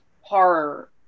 horror